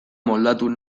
moldatu